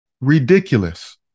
Ridiculous